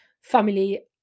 family